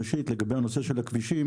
ראשית, בנושא הכבישים